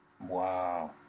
Wow